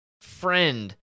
friend